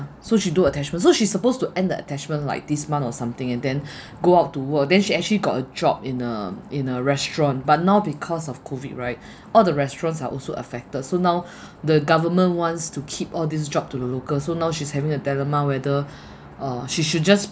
so she do attachment so she's supposed to end the attachment like this month or something and then go out to work then she actually got a job in a in a restaurant but now because of COVID right all the restaurants are also affected so now the government wants to keep all these jobs to the local so now she's having a dilemma whether uh she should just